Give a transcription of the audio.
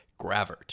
gravert